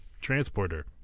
Transporter